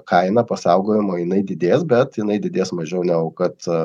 kaina pasaugojimo jinai didės bet jinai didės mažiau negu kad